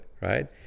Right